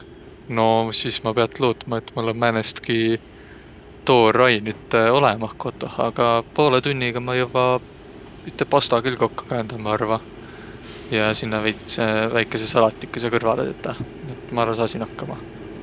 No sis maq piät luutma, et mul om määnestki tuurainit olõmah kotoh, aga poolõ tunniga ma jõvva üte pasta küll kokko käändäq, maq arva. Ja sinnäq veits väikese salatikõsõ ka kõrvalõ tetäq. Nii et maq arva, saasiq nakkama.